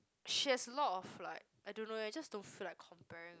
she has lot of like I don't know eh just don't feel like comparing